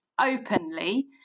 openly